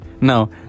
no